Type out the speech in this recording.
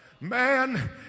Man